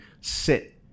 sit